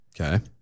Okay